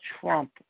Trump